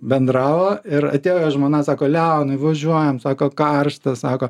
bendravo ir atėjo jo žmona sako leonai važiuojam sako karšta sako